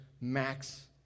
max